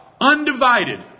undivided